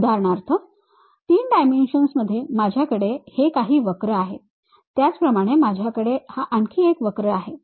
उदाहरणार्थ 3 डायमेन्शन्स मध्ये माझ्याकडे हे काही वक्र आहे त्याचप्रमाणे माझ्याकडे हा आणखी एक वक्र आहे